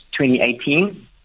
2018